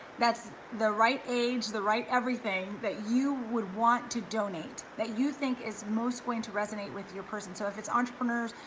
that's the right age, the right, everything that you would want to donate, that you think is most going to resonate with your person, so if it's entrepreneurs,